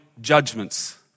judgments